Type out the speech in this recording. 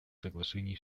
соглашений